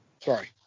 Sorry